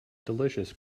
delicious